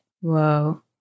Whoa